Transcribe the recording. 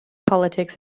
politics